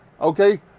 okay